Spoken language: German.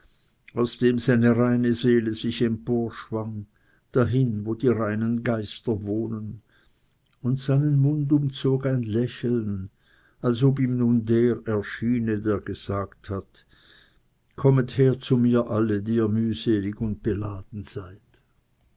auf dem seine reine seele sich emporschwang dahin wo die reinen geister wohnen und seinen mund umzog ein lächeln als ob der ihm nun erscheine der gesagt hat kommt her zu mir alle die ihr mühselig und beladen seid